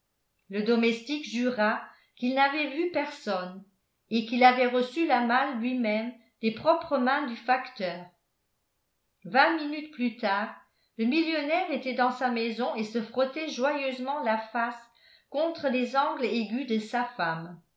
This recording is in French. le domestique jura qu'il n'avait vu personne et qu'il avait reçu la malle lui-même des propres mains du facteur vingt minutes plus tard le millionnaire était dans sa maison et se frottait joyeusement la face contre les angles aigus de sa femme